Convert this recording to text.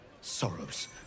sorrows